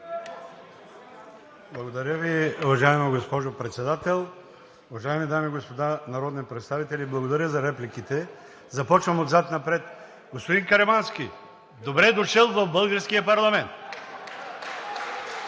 Благодаря Ви, уважаема госпожо Председател. Уважаеми дами и господа народни представители, благодаря за репликите. Започвам отзад напред. Господин Каримански, добре дошъл в българския парламент!